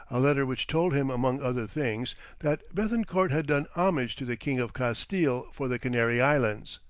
a letter which told him among other things that bethencourt had done homage to the king of castille for the canary islands.